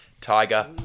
Tiger